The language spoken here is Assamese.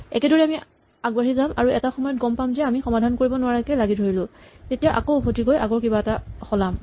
একেদৰেই আমি আগবাঢ়ি যাম আৰু এটা সময়ত গম পাম যে আমি সমাধান কৰিব নোৱাৰাকে লাগি ধৰিলো তেতিয়া আকৌ উভতি গৈ আগৰ কিবা কাম সলাম